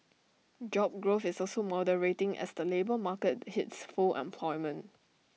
job growth is also moderating as the labour market hits full employment